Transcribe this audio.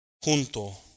Junto